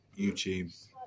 YouTube